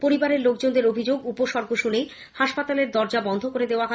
পরিবারের লোকজনের অভিযোগ উপসর্গ শুনেই হাসপাতালের দরজা বন্ধ করে দেওয়া হয়